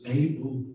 able